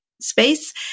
space